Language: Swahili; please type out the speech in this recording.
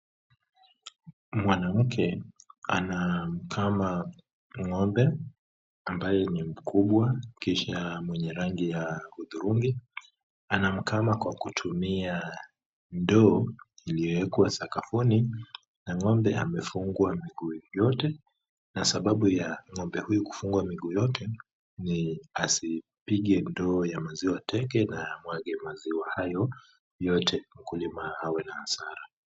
Mwanamke anamkama ng'ombe ambaye ni mkubwa kisha mwenye rangi ya hudhurungi, anamkama kwa kutumia ndoo iliyowekwa sakafuni na ng'ombe amefungwa miguu yote na sababu ya ng'ombe huyu kufungwa miguu yote, ni asipige ndoo ya maziwa teke na ayamwage maziwa hayo yote mkulima awe na hasara.